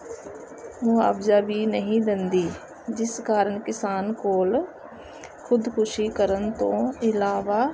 ਮੁਆਵਜ਼ਾ ਵੀ ਨਹੀਂ ਦਿੰਦੀ ਜਿਸ ਕਾਰਨ ਕਿਸਾਨ ਕੋਲ ਖੁਦਕੁਸ਼ੀ ਕਰਨ ਤੋਂ ਇਲਾਵਾ